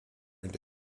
into